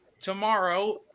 Tomorrow